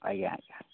ଆଜ୍ଞା ଆଜ୍ଞା